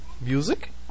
music